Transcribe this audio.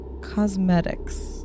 cosmetics